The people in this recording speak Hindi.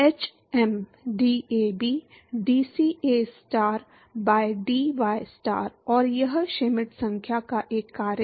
HM DAB DC star by dystar और यह श्मिट संख्या का एक कार्य है